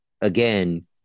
again